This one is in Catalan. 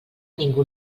ningú